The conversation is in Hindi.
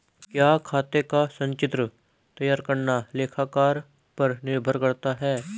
क्या खाते का संचित्र तैयार करना लेखाकार पर निर्भर करता है?